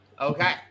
Okay